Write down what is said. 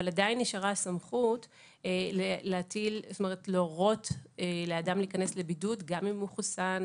אבל עדיין נשארה הסמכות להורות לאדם להיכנס לבידוד גם אם הוא חוסן,